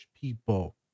people